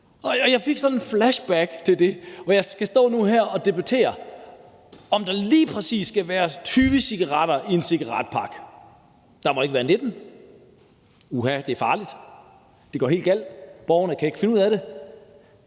Jeg fik sådan et flashback til det nu, hvor jeg skal stå her og debattere, om der lige præcis skal være 20 cigaretter i en cigaretpakke. Der må ikke være 19 – uha, det er farligt; det går helt galt, borgerne kan ikke finde ud af det.